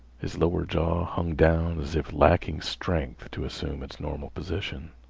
his lower jaw hung down as if lacking strength to assume its normal position.